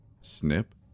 Snip